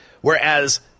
whereas